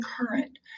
current